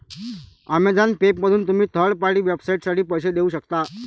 Amazon पेमधून तुम्ही third party वेबसाइटसाठी पैसे देऊ शकता